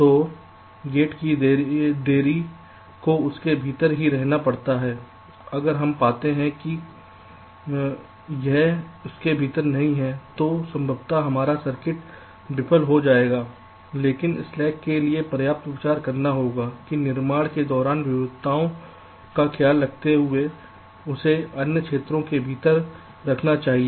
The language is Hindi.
तो गेट की देरी को उसके भीतर ही रहना पड़ता है अगर हम पाते हैं कि यह उसके भीतर नहीं है तो संभवतः हमारा सर्किट विफल हो जाएगा लेकिन स्लैक के लिए पर्याप्त विचार करना होगा कि निर्माण के दौरान विविधताओं का ख्याल रखते हुए इसे उन क्षेत्रों के भीतर रखना चाहिए